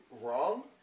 wrong